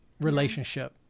relationship